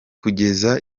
kugeza